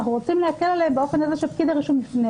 אנחנו רוצים להקל עליהם באופן הזה שפקיד הרישום יפנה